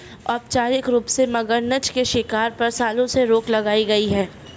औपचारिक रूप से, मगरनछ के शिकार पर, सालों से रोक लगाई गई है